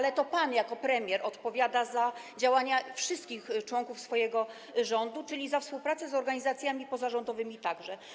Jednak to pan jako premier odpowiada za działania wszystkich członków swojego rządu, czyli za współpracę z organizacjami pozarządowymi także.